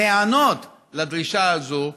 להיענות לדרישה הזאת,